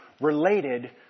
related